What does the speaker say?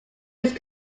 used